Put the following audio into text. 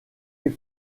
est